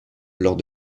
lors